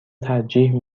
ترجیح